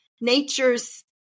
nature's